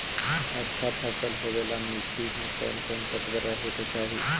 अच्छा फसल होबे ल मट्टी में कोन कोन तत्त्व रहे के चाही?